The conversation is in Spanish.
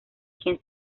quien